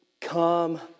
come